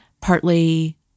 Partly